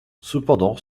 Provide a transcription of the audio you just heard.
cependant